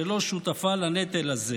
שלא שותף לנטל הזה.